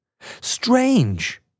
Strange